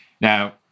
now